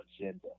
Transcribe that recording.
agenda